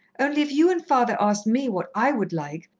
only if you and father asked me what i would like,